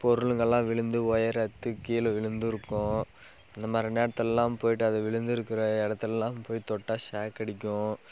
பொருளுங்களெலாம் விழுந்து ஒயர் அறுத்து கீழே விழுந்திருக்கும் அந்த மாதிரி நேரத்துலெலாம் போய்விட்டு அது விழுந்துருக்கிற இடத்துலலாம் போய் தொட்டால் ஷாக் அடிக்கும்